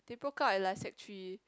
they broke up at like sec three